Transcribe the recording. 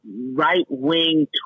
right-wing